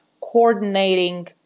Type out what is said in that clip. coordinating